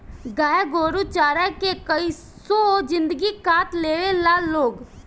गाय गोरु चारा के कइसो जिन्दगी काट लेवे ला लोग